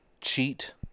cheat